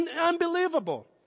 unbelievable